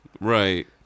Right